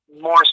more